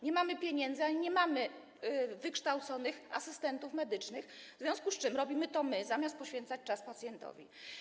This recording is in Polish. Nie mamy pieniędzy ani nie mamy wykształconych asystentów medycznych, w związku z czym robimy to my, zamiast poświęcać czas pacjentowi.